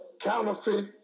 counterfeit